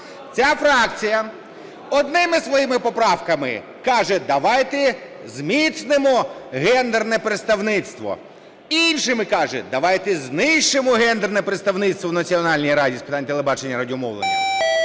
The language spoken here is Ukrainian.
Ця фракція одними своїми поправками каже, давайте зміцнимо гендерне представництво. Іншими каже, давайте знищимо гендерне представництво в Національній раді з питань телебачення і радіомовлення.